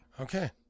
Okay